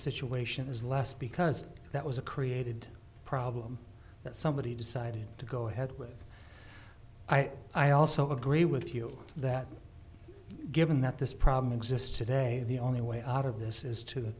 situation is less because that was a created problem that somebody decided to go ahead with i i also agree with you that given that this problem exists today the only way out of this is